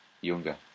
younger